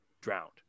drowned